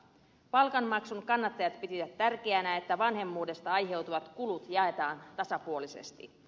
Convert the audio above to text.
palkanmaksun kannattajat pitivät tärkeänä että vanhemmuudesta aiheutuvat kulut jaetaan tasapuolisesti